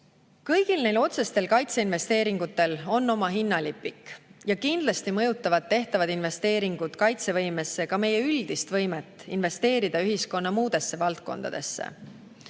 Kõigil neil otsestel kaitseinvesteeringutel on oma hinnalipik ja kindlasti mõjutavad tehtavad investeeringud kaitsevõimesse ka meie üldist võimet investeerida ühiskonna muudesse valdkondadesse.